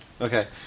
okay